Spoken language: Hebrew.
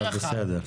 זה נושא רחב.